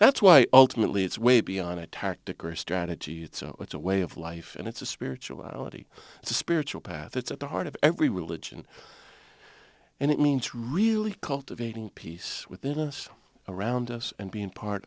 that's why ultimately it's way beyond a tactic or strategy it's it's a way of life and it's a spirituality it's a spiritual path it's at the heart of every religion and it means really cultivating peace within us around us and being part